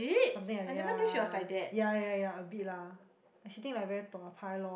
something like that yeah yeah yeah yeah a bit lah and she think like very dua pai lor